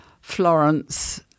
Florence